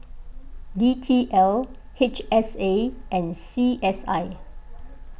D T L H S A and C S I